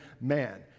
man